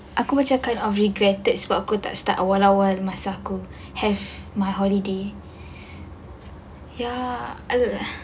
aku macam kind of regretted sebab aku tak start awal-awal masa aku have my holiday ya I don't know